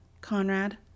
Conrad